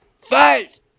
fight